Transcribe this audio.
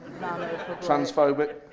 Transphobic